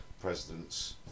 president's